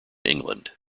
england